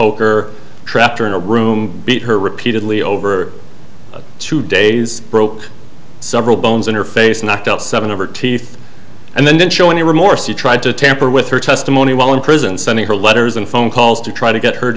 poker trapped her in a room beat her repeatedly over two days broke several bones in her face knocked out seven of her teeth and then didn't show any remorse he tried to tamper with her testimony while in prison sending her letters and phone calls to try to get her